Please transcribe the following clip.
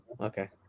Okay